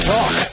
Talk